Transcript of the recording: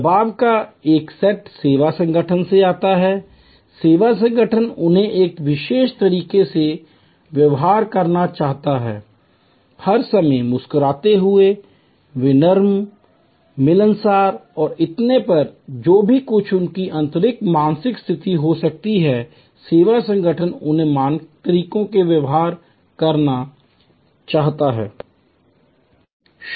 दबाव का एक सेट सेवा संगठन से आता है सेवा संगठन उन्हें एक विशेष तरीके से व्यवहार करना चाहता है हर समय मुस्कुराते हुए विनम्र मिलनसार और इतने पर जो कुछ भी उनकी आंतरिक मानसिक स्थिति हो सकती है सेवा संगठन उन्हें मानक तरीके से व्यवहार करना चाहता है